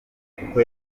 kuko